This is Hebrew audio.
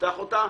שנפתח אותה